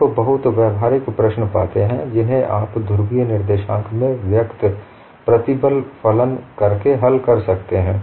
आप बहुत व्यावहारिक प्रश्न पाते हैं जिन्हे आप ध्रुवीय निर्देशांक में व्यक्त प्रतिबल फलन करके हल कर सकते हैं